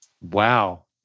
Wow